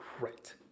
Right